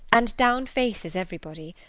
and downfaces everybody.